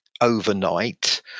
overnight